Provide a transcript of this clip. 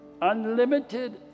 unlimited